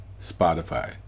Spotify